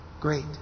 great